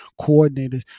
coordinators